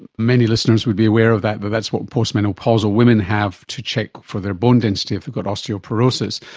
many listeners would be aware of that, but that's what postmenopausal women have to check for their bone density, if they've got osteoporosis.